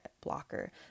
blocker